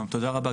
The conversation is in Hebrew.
תודה רבה,